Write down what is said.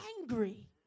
angry